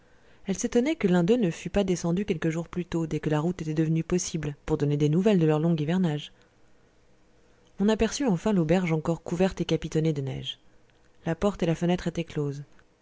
elles s'étonnaient que l'un deux ne fût pas descendu quelques jours plus tôt dès que la route était devenue possible pour donner des nouvelles de leur long hivernage on aperçut enfin l'auberge encore couverte et capitonnée de neige la porte et la fenêtre étaient closes